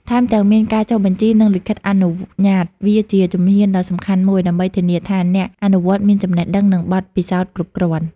ថែមទាំងមានការចុះបញ្ជី និងលិខិតអនុញ្ញាត វាជាជំហានដ៏សំខាន់មួយដើម្បីធានាថាអ្នកអនុវត្តមានចំណេះដឹង និងបទពិសោធន៍គ្រប់គ្រាន់។